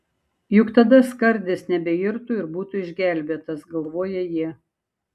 juk tada skardis nebeirtų ir būtų išgelbėtas galvoja jie